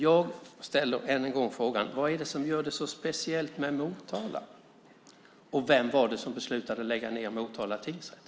Jag ställer än en gång frågan: Vad är det som gör det så speciellt med Motala? Och vem var det som beslutade att lägga ned Motala tingsrätt?